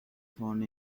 found